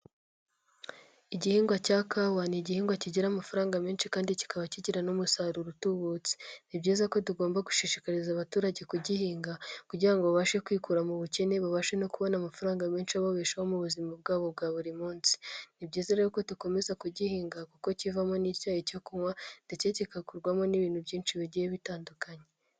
Igihingwa cya kawa ni igihingwa kigira amafaranga menshi kandi kikaba kigira n'umusaruro utubutse. Ni byiza ko tugomba gushishikariza abaturage kugihinga, kugira ngo babashe kwikura mu bukene babashe no kubona amafaranga menshi ababeshaho mu buzima bwabo bwa buri munsi. Ni byiza rero ko dukomeza kugihinga kuko kivamo n'icyayi cyo kunywa ndetse kigakurwamo n'ibintu byinshi bigiye bitandukanye.